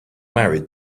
married